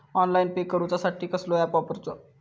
Online pay करूचा साठी कसलो ऍप वापरूचो?